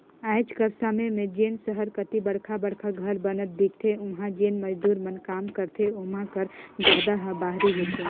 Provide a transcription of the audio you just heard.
आएज कर समे में जेन सहर कती बड़खा बड़खा घर बनत दिखथें उहां जेन मजदूर मन काम करथे ओमा कर जादा ह बाहिरी होथे